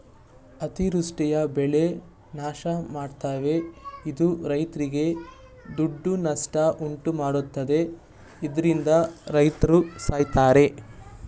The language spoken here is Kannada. ಅತಿವೃಷ್ಟಿಯು ಬೆಳೆ ನಾಶಮಾಡ್ತವೆ ಇದು ರೈತ್ರಿಗೆ ದೊಡ್ಡ ನಷ್ಟ ಉಂಟುಮಾಡ್ತದೆ ಇದ್ರಿಂದ ರೈತ್ರು ಸಾಯ್ತರೆ